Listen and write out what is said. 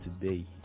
today